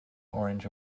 orange